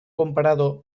comparado